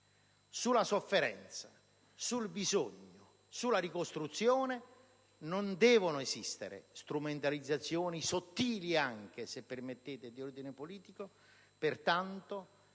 Sulla sofferenza, sul bisogno, sulla ricostruzione non devono esistere strumentalizzazioni sottili, anche di ordine politico. Al